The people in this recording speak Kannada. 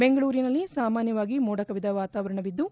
ಬೆಂಗಳೂರಿನಲ್ಲಿ ಸಾಮಾನ್ಯವಾಗಿ ಮೋಡ ಕವಿದ ವಾತಾವರಣವಿದ್ದು